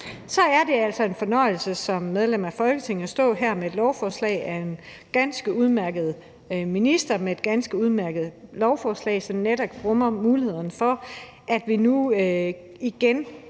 mig er det altså en fornøjelse som medlem af Folketinget at stå her med et ganske udmærket lovforslag af en ganske udmærket minister, som netop rummer muligheden for, at vi nu igen